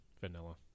Vanilla